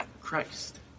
Christ